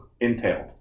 entailed